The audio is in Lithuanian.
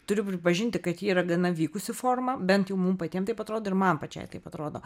turiu pripažinti kad ji yra gana vykusi forma bent jau mum patiem taip atrodo ir man pačiai taip atrodo